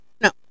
no